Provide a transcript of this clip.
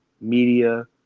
media